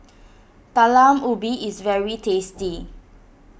Talam Ubi is very tasty